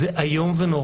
החוק הזה הוא איום ונורא.